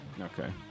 Okay